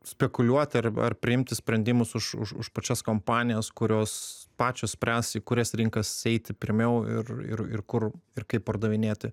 spekuliuoti ar ar priimti sprendimus už už už pačias kompanijas kurios pačios spręs į kurias rinkas eiti pirmiau ir ir ir kur ir kaip pardavinėti